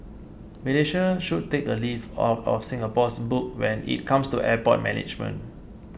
Malaysia should take a leaf out of Singapore's book when it comes to airport management